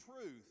truth